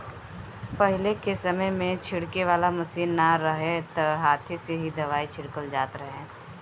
पहिले के समय में छिड़के वाला मशीन ना रहे त हाथे से ही दवाई छिड़कल जात रहे